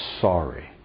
sorry